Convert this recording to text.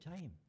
time